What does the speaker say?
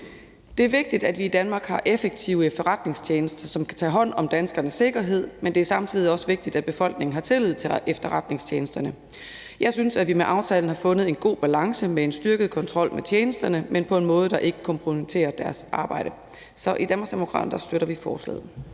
Det er vigtigt, at vi i Danmark har effektive efterretningstjenester, som kan tage hånd om danskernes sikkerhed, men det er samtidig også vigtigt, at befolkningen har tillid til efterretningstjenesterne. Jeg synes, at vi med aftalen har fundet en god balance med en styrket kontrol med tjenesterne, men på en måde, der ikke kompromitterer deres arbejde. Så i Danmarksdemokraterne støtter vi forslaget.